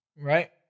Right